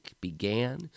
began